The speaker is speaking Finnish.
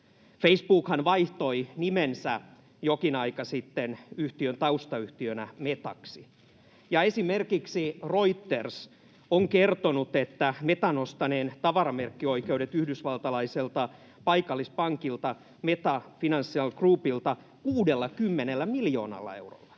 Facebookhan vaihtoi nimensä jokin aika sitten yhtiön taustayhtiönä Metaksi, ja esimerkiksi Reuters on kertonut Metan ostaneen tavaramerkkioikeudet yhdysvaltalaiselta paikallispankilta Meta Financial Groupilta 60 miljoonalla eurolla.